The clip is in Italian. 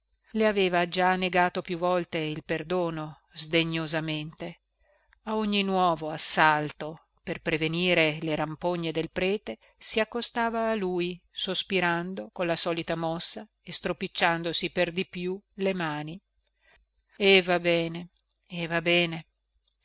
le aveva già negato più volte il perdono sdegnosamente a ogni nuovo assalto per prevenire le rampogne del prete si accostava a lui sospirando con la solita mossa e stropicciandosi per di più le mani e va bene e va bene